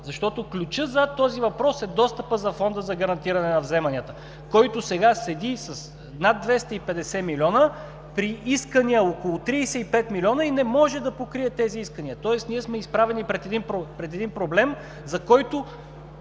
защото ключът зад този въпрос е достъпът за Фонда за гарантиране на вземанията, който сега седи с над 250 милиона, при искания около 35 милиона, и не може да покрие тези искания. Тоест ние сме изправени пред един проблем, за който